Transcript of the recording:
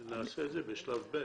נעשה את זה בשלב ב'.